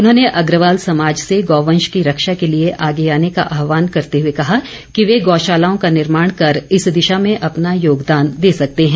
उन्होंने अग्रवाल समाज से गौवंश की रक्षा के लिए आगे आने का आहवान करते हए कहा कि वे गौशालाओं का निर्माण कर इस दिशा में अपना योगदान दे सकते हैं